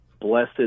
blessed